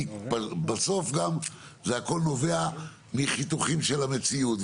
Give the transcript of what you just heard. כי בסוף גם זה הכל נובע מחיתוכים של המציאות,